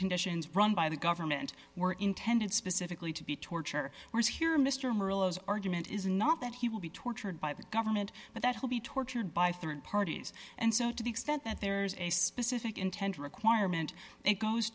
conditions run by the government were intended specifically to be torture or is here mr argument is not that he will be tortured by the government but that he'll be tortured by rd parties and so to the extent that there's a specific intent requirement it goes